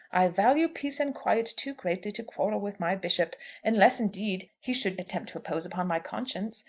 i value peace and quiet too greatly to quarrel with my bishop unless, indeed, he should attempt to impose upon my conscience.